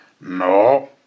No